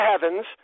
heavens